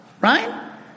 right